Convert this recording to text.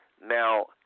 Now